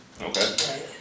Okay